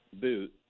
boot